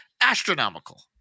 astronomical